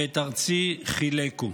ואת ארצי חילקו.